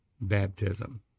baptism